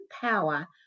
power